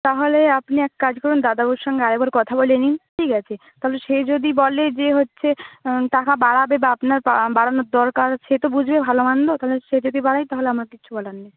তাহলে আপনি এক কাজ করুন দাদাবাবুর সঙ্গে আরেকবার কথা বলে নিন ঠিক আছে তবে সে যদি বলে যে হচ্ছে টাকা বাড়াবে বা আপনার বাড়ানোর দরকার সে তো বুঝবে ভালোমন্দ তাহলে সে যদি বাড়ায় তাহলে আমার কিছু বলার নেই